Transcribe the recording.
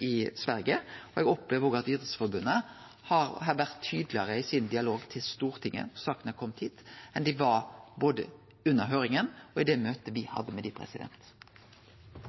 i Sverige. Eg opplever òg at Idrettsforbundet har vore tydelegare i sin dialog med Stortinget når saka har kome hit, enn dei var både under høyringa og i det møtet me hadde med dei.